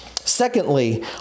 Secondly